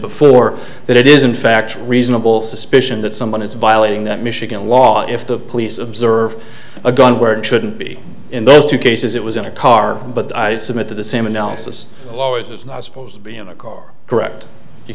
before that it is in fact reasonable suspicion that someone is violating that michigan law if the police observe a gun where it shouldn't be in those two cases it was in a car but i'd submit to the same analysis always it's not supposed to be in a car correct you